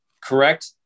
correct